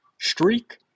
Streak